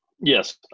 Yes